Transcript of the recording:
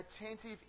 attentive